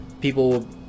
People